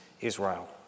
Israel